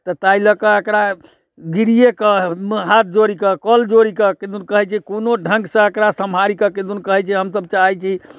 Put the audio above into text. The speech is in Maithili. तऽ ताहि लऽ कऽ एकरा गिरियेकऽ हाथ जोड़ि कऽ कल जोड़ि कऽ किदुन कहै छै कोनो ढ़ङ्गसँ एकरा सम्हारि कऽ किदुन कहै छै हमसब चाहै छी